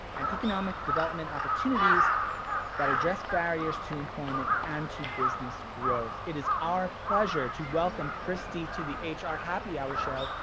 and economic development. opportunities that address barriers to employment and to business growth. it is our pleasure to welcome kristy to the ah hr happy hour show!